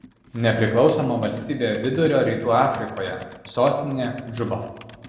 nepriklausoma valstybė vidurio rytų afrikoje sostinė džuba